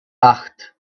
acht